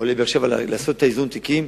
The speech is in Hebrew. לעשות את איזון התיקים,